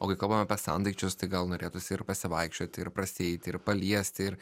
o jeigu kalbam apie sendaikčius tai gal norėtųsi ir pasivaikščioti ir prasieiti ir paliesti ir